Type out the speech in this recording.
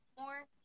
more